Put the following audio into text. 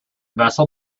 vessel